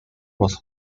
was